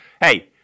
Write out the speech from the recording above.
Hey